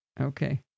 Okay